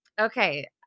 Okay